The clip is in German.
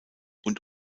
und